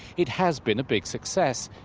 it has been a big success.